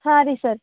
ಹಾಂ ರೀ ಸರ್